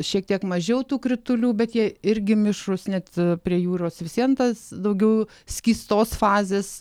šiek tiek mažiau tų kritulių bet jie irgi mišrūs net prie jūros vis vien tas daugiau skystos fazės